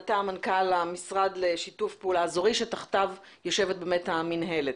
אתה מנכ"ל המשרד לשיתוף פעולה אזורי שתחתיו נמצאת המינהלת.